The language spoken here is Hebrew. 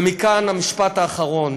ומכאן המשפט האחרון,